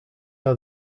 are